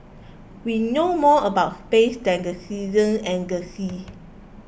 we know more about space than the season and the sea